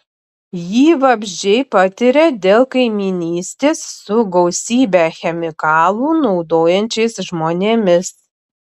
jį vabzdžiai patiria dėl kaimynystės su gausybę chemikalų naudojančiais žmonėmis